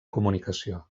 comunicació